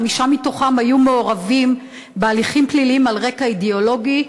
חמישה מתוכם היו מעורבים בהליכים פליליים על רקע אידיאולוגי,